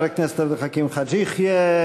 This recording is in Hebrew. תודה לחבר הכנסת עבד אל חכים חאג' יחיא.